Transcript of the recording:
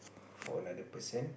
for another person